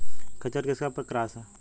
खच्चर किसका क्रास है?